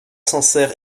sincères